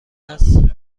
است